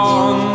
on